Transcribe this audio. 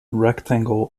rectangle